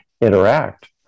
interact